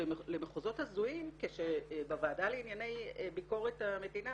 למחוזות הזויים, כשבוועדה לענייני ביקורת המדינה